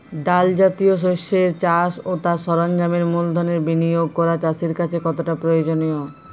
ডাল জাতীয় শস্যের চাষ ও তার সরঞ্জামের মূলধনের বিনিয়োগ করা চাষীর কাছে কতটা প্রয়োজনীয়?